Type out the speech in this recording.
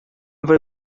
vai